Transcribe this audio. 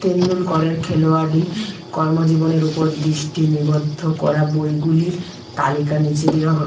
তেন্ডুলকরের খেলোয়াড়ি কর্মজীবনের উপর দৃষ্টি নিবদ্ধ করা বইগুলির তালিকা নিচে দেওয়া হল